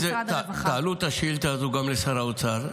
תעלו את השאילתה הזו גם לשר האוצר -- בוודאי.